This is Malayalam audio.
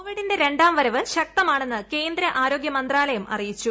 കോവിഡിന്റെ രണ്ടാം വരവ് ശക്തമാണെന്ന് കേന്ദ്ര ആരോഗ്യമന്ത്രാലയം അറിയിച്ചു